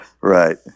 Right